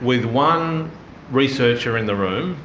with one researcher in the room.